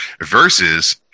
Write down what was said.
versus